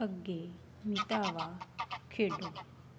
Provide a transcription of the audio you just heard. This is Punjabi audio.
ਅੱਗੇ ਮਿਟਾਵਾ ਖੇਡੋ